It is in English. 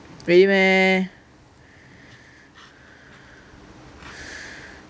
really meh